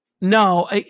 No